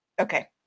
Okay